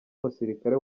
umusirikare